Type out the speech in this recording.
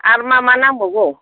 आरो मा मा नांबावगौ